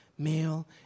Male